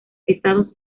pesados